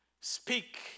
speak